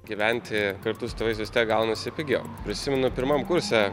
gyventi kartu su tėvais vis tiek gaunasi pigiau prisimenu pirmam kurse